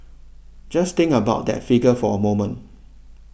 just think about that figure for a moment